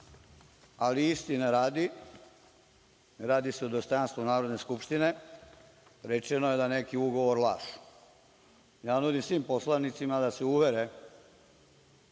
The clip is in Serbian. ali istine radi, radi se o dostojanstvu Narodne skupštine, rečeno je da je neki ugovor laž. Ja nudim svim poslanicima da se uvere